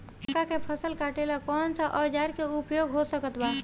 मक्का के फसल कटेला कौन सा औजार के उपयोग हो सकत बा?